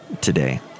today